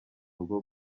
rugo